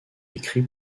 écrit